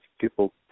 people